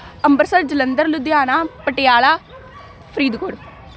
Ambarsar Jalandhar Ludhiana Patiala Faridkot